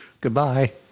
Goodbye